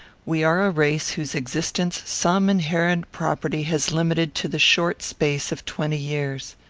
we are a race whose existence some inherent property has limited to the short space of twenty years.